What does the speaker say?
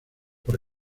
por